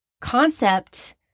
concept